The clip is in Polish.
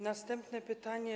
Następne pytanie.